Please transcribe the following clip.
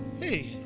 hey